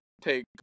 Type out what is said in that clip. take